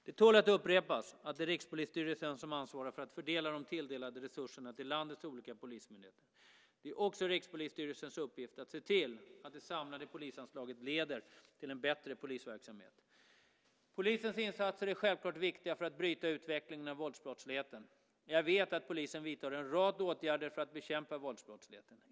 Det tål att upprepas att det är Rikspolisstyrelsen som ansvarar för att fördela de tilldelade resurserna till landets olika polismyndigheter. Det är också Rikspolisstyrelsens uppgift att se till att det samlade polisanslaget leder till en bättre polisverksamhet. Polisens insatser är självklart viktiga för att bryta utvecklingen av våldsbrottsligheten. Jag vet att polisen vidtar en rad åtgärder för att bekämpa våldsbrottsligheten.